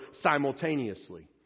simultaneously